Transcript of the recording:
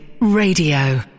Radio